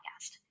Podcast